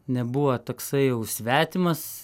nebuvo toksai jau svetimas